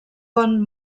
pont